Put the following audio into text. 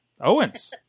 Owens